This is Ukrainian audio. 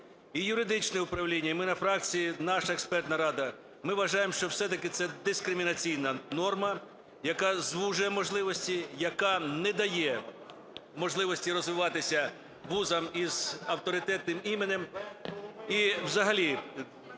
І юридичне управління, і ми на фракції, наша експертна рада, ми вважаємо, що все-таки це дискримінаційна норма, яка звужує можливості, яка не дає можливості розвиватися вузам із авторитетним іменем.